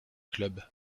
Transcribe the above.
club